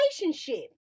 relationship